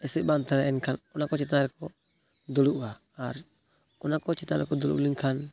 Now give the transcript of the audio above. ᱮᱥᱮᱫ ᱵᱟᱝ ᱛᱟᱦᱮᱞᱮᱱᱠᱷᱟᱱ ᱚᱱᱟ ᱠᱚ ᱪᱮᱛᱟᱱ ᱨᱮᱠᱚ ᱫᱩᱲᱩᱵᱼᱟ ᱟᱨ ᱚᱱᱟ ᱠᱚ ᱪᱮᱛᱟᱱ ᱨᱮ ᱫᱩᱲᱩᱵ ᱞᱮᱱᱠᱷᱟᱱ